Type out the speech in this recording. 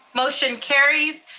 motion carries.